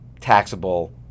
taxable